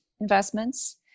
investments